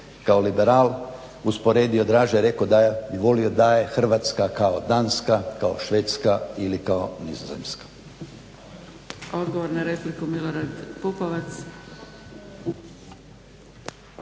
kao liberal, usporedio draže rekao i volio da je Hrvatska kao Danska, kao Švedska ili kao Nizozemska.